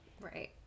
Right